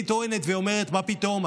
היא טוענת ואומרת: מה פתאום,